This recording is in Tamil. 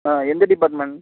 ஆ எந்த டிபார்ட்மென்ட்